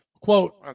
Quote